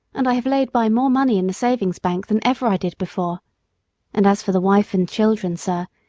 and i have laid by more money in the savings bank than ever i did before and as for the wife and children, sir,